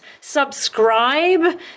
subscribe